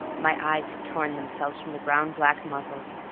my eyes had torn themselves from the round black muzzles,